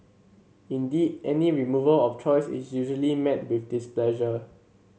indeed any removal of choice is usually met with displeasure